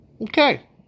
Okay